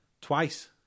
Twice